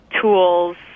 tools